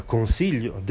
Consiglio